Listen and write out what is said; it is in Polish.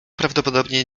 prawdopodobnie